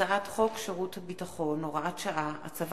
הצעת חוק שירות ביטחון (הוראת שעה) (הצבת